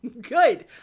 Good